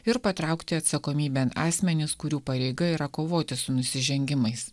ir patraukti atsakomybėn asmenis kurių pareiga yra kovoti su nusižengimais